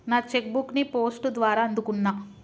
నా cheque book ని post ద్వారా అందుకున్నా